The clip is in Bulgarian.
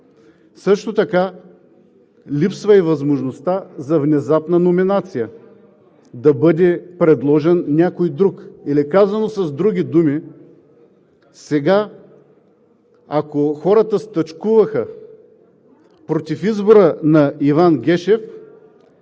Също така липсва и възможността за внезапна номинация – да бъде предложен някой друг. Казано с други думи: ако хората стачкуваха против избора на Иван Гешев,